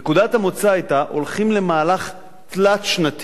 נקודת המוצא היתה שהולכים למהלך תלת-שנתי.